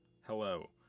Hello